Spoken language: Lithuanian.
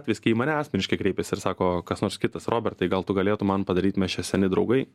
visgi į mane asmeniškai kreipiasi ir sako kas nors kitas robertai gal tu galėtum man padaryt mes čia seni draugai